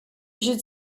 should